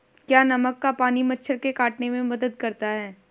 क्या नमक का पानी मच्छर के काटने में मदद करता है?